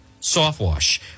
Softwash